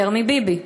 יותר מביבי".